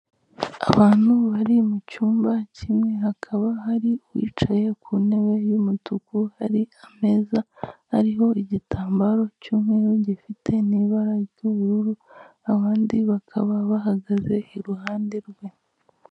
Abantu bari mu cyumba kimwe hakaba hari uwicaye ku ntebe y'umutuku hari ameza ariho igitambaro cy'umweru gifite n'ibara ry'ubururu abandi bakaba bahagaze iruhande rwe.